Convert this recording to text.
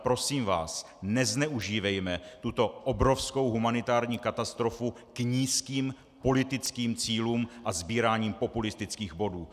Prosím vás, nezneužívejme tuto obrovskou humanitární katastrofu k nízkým politickým cílům a sbírání populistických bodů.